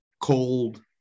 cold